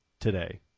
today